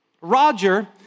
Roger